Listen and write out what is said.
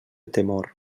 temor